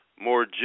more